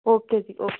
okay ਜੀ okay